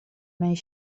mijn